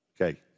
Okay